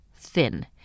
thin